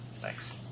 thanks